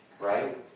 right